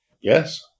Yes